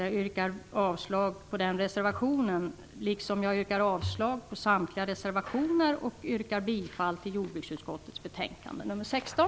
Jag yrkar avslag på den reservationen liksom på samtliga reservationer, och jag yrkar bifall till hemställan i jordbruksutskottets betänkande nr 16.